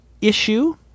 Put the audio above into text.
issue